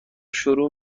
شروع